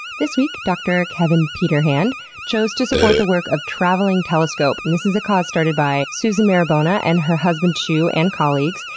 this week. dr. kevin peter hand chose to support the work of traveling telescope. and this is a cause started by susan marubona and her husband chu and colleagues,